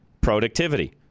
productivity